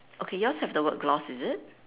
okay yours have the word gloss is it